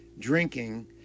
drinking